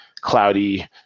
cloudy